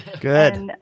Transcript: Good